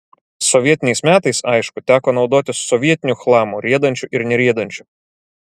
sovietiniais metais aišku teko naudotis sovietiniu chlamu riedančiu ir neriedančiu